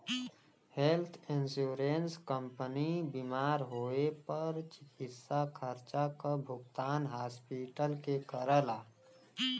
health insurance company बीमार होए पर चिकित्सा खर्चा क भुगतान हॉस्पिटल के करला